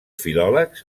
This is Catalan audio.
filòlegs